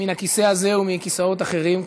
מן הכיסא הזה ומכיסאות אחרים,